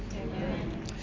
Amen